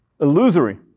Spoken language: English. illusory